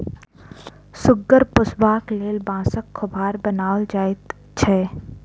सुगर पोसबाक लेल बाँसक खोभार बनाओल जाइत छै